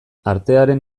artearen